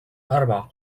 أربعة